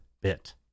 bit